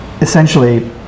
essentially